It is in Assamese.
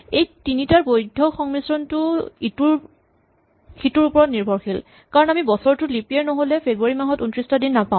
এই তিনিটাৰ বৈধ্য সংমিশ্ৰণটো ইটোৰ সিটোৰ ওপৰত নিৰ্ভৰশীল কাৰণ আমি বছৰটো লিপ ইয়েৰ নহ'লে ফেব্ৰুৱাৰী মাহত ২৯ টা দিন নাপাওঁ